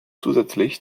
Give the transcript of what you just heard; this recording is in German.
zusätzlich